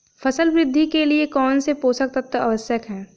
फसल वृद्धि के लिए कौनसे पोषक तत्व आवश्यक हैं?